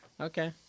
okay